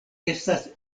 estas